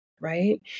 Right